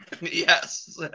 yes